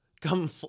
come